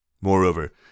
Moreover